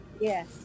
Yes